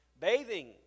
Bathing